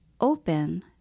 open